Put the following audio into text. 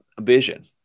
vision